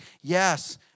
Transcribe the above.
yes